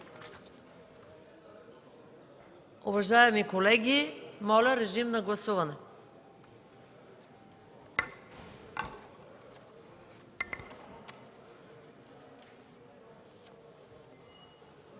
Уважаеми колеги, моля, режим на гласуване.